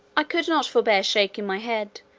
i could not forbear shaking my head,